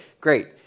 great